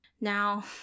Now